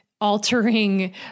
altering